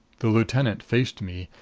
the lieutenant faced me,